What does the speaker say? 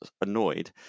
annoyed